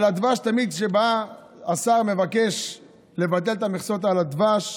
השר תמיד מבקש לבטל את המכסות על הדבש,